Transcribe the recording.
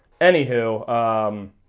anywho